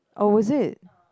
oh was it